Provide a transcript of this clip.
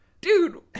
dude